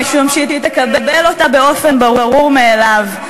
משום שהיא תקבל אותן באופן ברור מאליו.